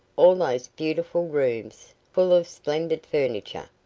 all those beautiful rooms, full of splendid furniture,